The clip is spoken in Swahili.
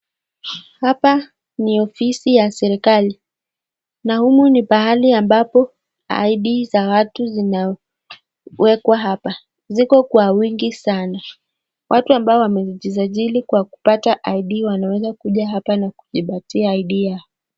Hapa ni ofisi ya serikali na humu ni pahali ambapo id za watu zinawekwa hapa, ziko kwa wingi sana. Watu ambao wamejisajili kwa kupata id wanaweza kukuja hapa na kujipatia id yao.